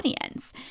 audience